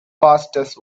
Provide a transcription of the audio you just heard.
fastest